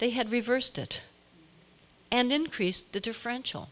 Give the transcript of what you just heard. they had reversed it and increased the differential